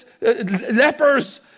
lepers